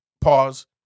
pause